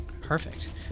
Perfect